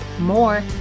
more